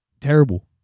terrible